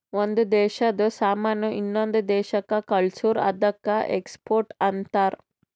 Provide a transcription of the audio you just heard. ಒಂದ್ ದೇಶಾದು ಸಾಮಾನ್ ಇನ್ನೊಂದು ದೇಶಾಕ್ಕ ಕಳ್ಸುರ್ ಅದ್ದುಕ ಎಕ್ಸ್ಪೋರ್ಟ್ ಅಂತಾರ್